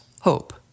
hope